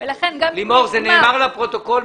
לימור, זה נאמר לפרוטוקול.